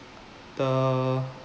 the